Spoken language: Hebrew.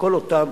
וכל אותם